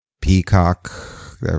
Peacock